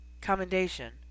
commendation